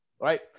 Right